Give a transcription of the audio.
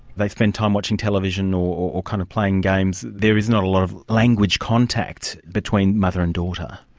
they spend time watching television or or kind of playing games. there is not a lot of language contact between mother and daughter.